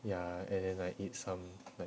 ya and then I eat some like